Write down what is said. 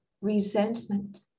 resentment